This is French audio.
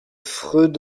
freud